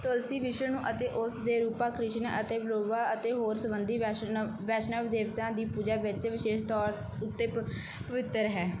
ਤੁਲਸੀ ਵਿਸ਼ਨੂੰ ਅਤੇ ਉਸ ਦੇ ਰੂਪਾ ਕ੍ਰਿਸ਼ਨ ਅਤੇ ਵਿਰੋਬਾ ਅਤੇ ਹੋਰ ਸਬੰਧੀ ਵੈਸ਼ਨਵ ਵੈਸ਼ਨਵ ਦੇਵਤਿਆਂ ਦੀ ਪੂਜਾ ਵਿੱਚ ਵਿਸ਼ੇਸ਼ ਤੌਰ ਉੱਤੇ ਪ ਪਵਿੱਤਰ ਹੈ